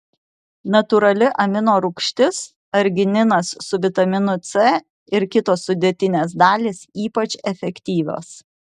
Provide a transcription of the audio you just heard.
natūrali amino rūgštis argininas su vitaminu c ir kitos sudėtinės dalys ypač efektyvios